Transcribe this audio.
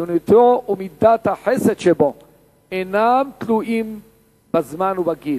חיוניותו ומידת החסד שבו אינן תלויות בזמן ובגיל.